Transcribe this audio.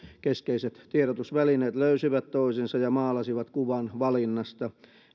keskeiset tiedotusvälineet löysivät toisensa ja maalasivat kuvan valinnasta